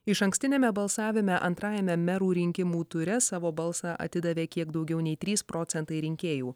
išankstiniame balsavime antrajame merų rinkimų ture savo balsą atidavė kiek daugiau nei trys procentų rinkėjų